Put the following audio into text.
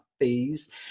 fees